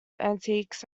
antiques